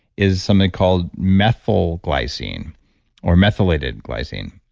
is something called methyl glycine or methylated glycine.